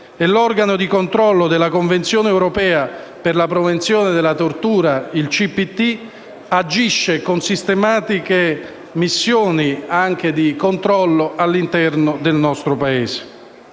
e l'organo di controllo della Convenzione europea per la prevenzione della tortura, il CPT, agisce con sistematiche missioni anche di controllo all'interno del nostro Paese.